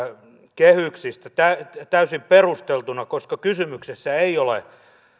kehyksistä täysin perusteltuna koska kysymyksessä ei ole